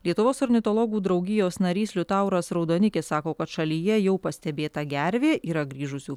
lietuvos ornitologų draugijos narys liutauras raudonikis sako kad šalyje jau pastebėta gervė yra grįžusių